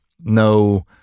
no